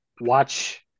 Watch